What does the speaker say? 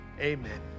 Amen